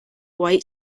white